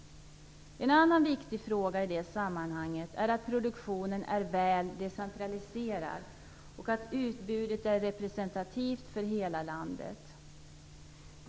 En annan viktig fråga i det sammanhanget är att produktionen är väl decentraliserad och att utbudet är representativt för hela landet.